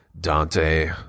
Dante